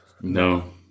No